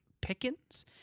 Pickens